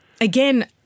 Again